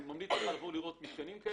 אני ממליץ לבוא ולראות מתקנים כאלה.